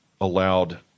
allowed